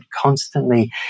constantly